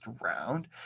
round